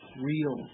real